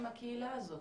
הקהילה הזאת?